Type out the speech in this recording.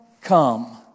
come